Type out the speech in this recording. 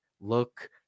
look